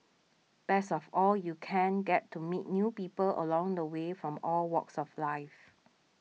best of all you can get to meet new people along the way from all walks of life